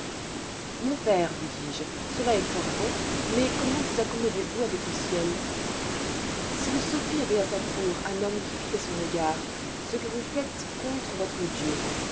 mon père lui dis-je cela est fort bon mais comment vous accommodez-vous avec le ciel si le grand sophi avoit à sa cour un homme qui fit à son égard ce que vous faites contre votre dieu